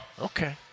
okay